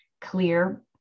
clear